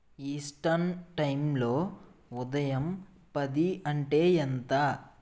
eastern టైంలో ఉదయం పది అంటే ఎంత